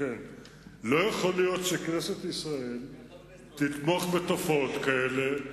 לא יכול להיות שכנסת ישראל תתמוך בתופעות כאלה,